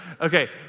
Okay